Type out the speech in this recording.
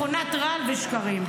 מכונת רעל ושקרים.